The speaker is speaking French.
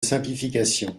simplification